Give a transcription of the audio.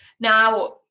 Now